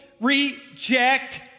reject